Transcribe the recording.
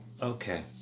okay